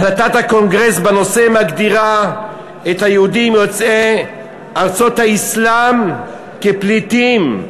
החלטת הקונגרס בנושא מגדירה את היהודים יוצאי ארצות האסלאם כפליטים,